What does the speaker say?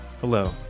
Hello